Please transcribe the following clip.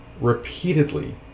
repeatedly